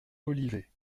olivet